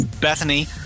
Bethany